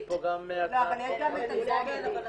אבל יש פה גם הצעת חוק פרטית.